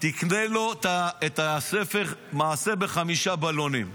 תקנה לו את הספר "מעשה בחמישה בלונים",